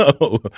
No